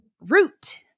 Root